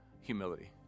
humility